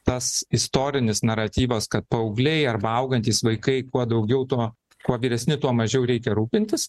tas istorinis naratyvas kad paaugliai arba augantys vaikai kuo daugiau tuo kuo vyresni tuo mažiau reikia rūpintis